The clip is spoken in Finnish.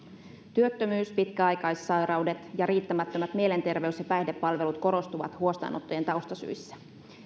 työttömyys pikäaikaissairaudet ja riittämättömät mielenterveys ja päihdepalvelut korostuvat huostaanottojen taustasyissä